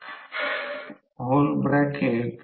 5 2 खरं तर हे 6 आहे ही बाजू 1 आहे ही बाजू प्रत्यक्षात 0